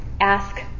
ask